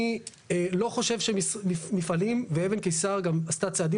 אני לא חושב שמפעלים ואבן קיסר גם עשתה צעדים